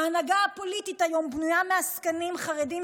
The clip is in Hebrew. ההנהגה הפוליטית היום בנויה מעסקנים חרדים,